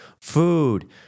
food